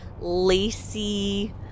lacy